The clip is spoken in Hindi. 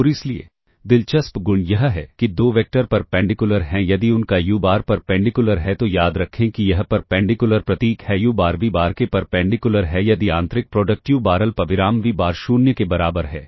और इसलिए दिलचस्प गुण यह है कि दो वेक्टर परपेंडिकुलर हैं यदि उनका U बार परपेंडिकुलर है तो याद रखें कि यह परपेंडिकुलर प्रतीक है U बार V बार के परपेंडिकुलर है यदि आंतरिक प्रोडक्ट U बार अल्पविराम V बार 0 के बराबर है